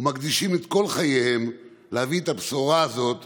ומקדישים את כל חייהם להביא את הבשורה הזאת